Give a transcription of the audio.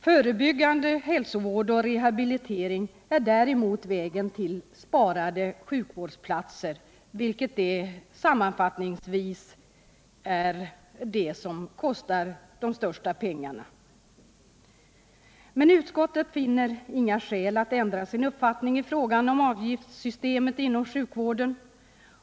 Förebyggande hälsovård och rehabilitering är däremot vägen till sparade sjukvårdsplatser, vilka medför de största kostnaderna inom sjukvården. Utskottet finner inga skäl att ändra sin uppfattning i frågan om avgiftssystemet inom sjukvården.